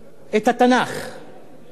מעולם לא חשבתי לקרוע אותו,